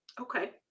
Okay